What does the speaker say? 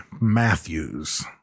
Matthews